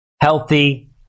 healthy